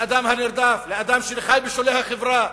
לאדם הנרדף, לאדם שחי בשולי החברה.